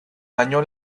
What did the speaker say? año